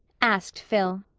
asked phil.